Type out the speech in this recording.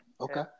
Okay